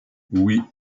oui